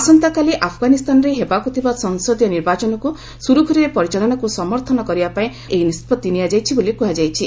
ଆସନ୍ତାକାଲି ଆଫଗାନିସ୍ତାନରେ ହେବାକ୍ର ଥିବା ସଂସଦୀୟ ନିର୍ବାଚନକୁ ସୁରଖୁରୁରେ ପରିଚାଳନାକୁ ସମର୍ଥନ କରିବା ଉଦ୍ଦେଶ୍ୟରେ ଏହି ନିଷ୍କଭି ନିଆଯାଇଛି ବୋଲି କୁହାଯାଇଛି